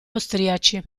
austriaci